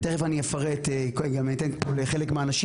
ותכף אני אפרט ואתן לחלק מהאנשים,